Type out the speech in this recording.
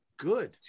good